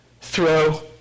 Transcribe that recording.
throw